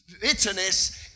bitterness